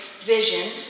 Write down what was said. vision